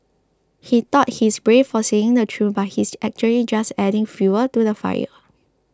he thought he's brave for saying the truth but he's actually just adding fuel to the fire